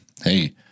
hey